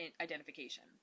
Identification